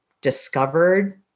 discovered